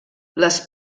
les